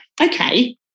okay